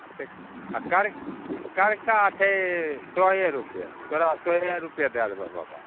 अच्छे आ कर करका छै सए रुपये तोरा सए रुपये दए देबऽ बाबा